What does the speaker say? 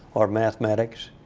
or mathematics.